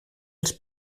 els